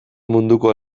munduko